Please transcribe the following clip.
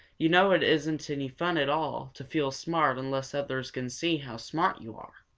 you know it isn't any fun at all to feel smart unless others can see how smart you are.